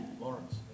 Lawrence